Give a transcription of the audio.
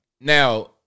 Now